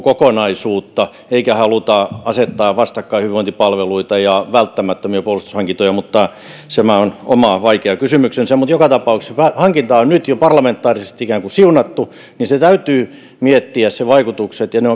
kokonaisuutta ei haluta asettaa vastakkain hyvinvointipalveluita ja välttämättömiä puolustushankintoja tämä on oma vaikea kysymyksensä mutta kun joka tapauksessa hankinta on nyt jo parlamentaarisesti ikään kuin siunattu täytyy miettiä sen vaikutukset ne